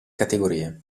categorie